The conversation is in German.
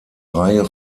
reihe